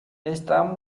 stan